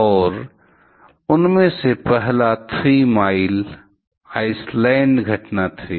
और उनमें से पहला थ्री माइल आइसलैंड घटना थी